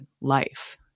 life